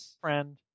friend